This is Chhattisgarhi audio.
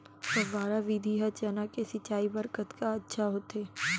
फव्वारा विधि ह चना के सिंचाई बर कतका अच्छा होथे?